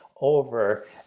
over